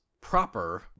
proper